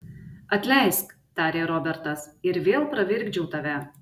atleisk tarė robertas ir vėl pravirkdžiau tave